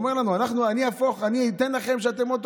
דבר אחד: אם אני רוצה שהבית שלי יתנהל באופן חרדי,